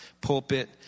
pulpit